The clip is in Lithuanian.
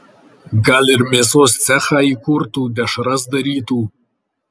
gal ir mėsos cechą įkurtų dešras darytų